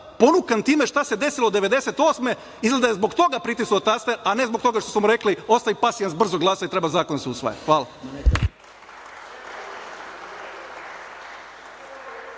ponukan time šta se desilo 1998. godine, izgleda je zbog toga pritisao taster, a ne zbog toga što su mu rekli – ostavi pasijans, brzo glasaj, treba zakon da se usvaja. Hvala.